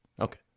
Okay